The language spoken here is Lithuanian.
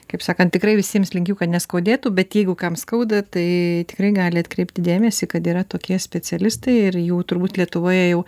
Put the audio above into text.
kaip sakant tikrai visiems linkiu kad neskaudėtų bet jeigu kam skauda tai tikrai gali atkreipti dėmesį kad yra tokie specialistai ir jų turbūt lietuvoje jau